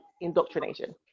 indoctrination